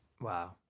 Wow